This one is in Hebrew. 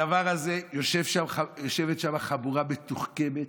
הדבר הזה, יושבת שם חבורה מתוחכמת,